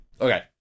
Okay